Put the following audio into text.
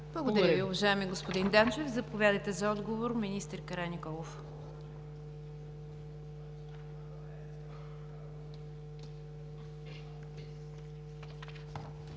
Благодаря Ви, уважаеми господин Данчев. Заповядайте за отговор, министър Караниколов.